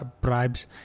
bribes